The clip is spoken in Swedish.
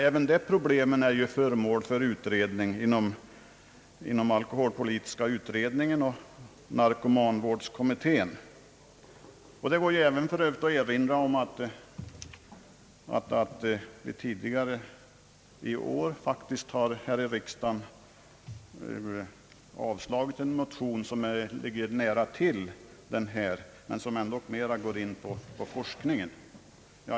Även dessa problem är föremål för utredning inom alkoholpolitiska utredningen och narkomanvårdskommittén. För övrigt går det även att erinra om att vi tidigare i år faktiskt har i riksdagen avslagit en motion, som ligger nära detta område men som ändock går mera in på forskningen.